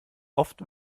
oft